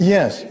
Yes